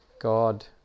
God